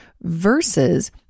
versus